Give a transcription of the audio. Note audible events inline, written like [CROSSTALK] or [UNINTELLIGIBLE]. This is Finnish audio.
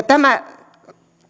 [UNINTELLIGIBLE] tämä